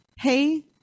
Hey